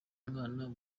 mwana